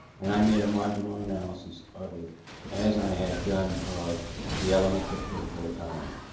and i made a marginal analysis of it as i had done of the elements of political economy.